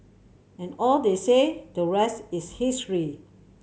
and all they say the rest is history